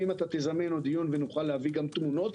ואם אתה תזמן עוד דיון ונוכל להביא עוד תמונות,